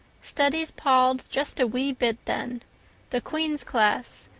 studies palled just a wee bit then the queen's class,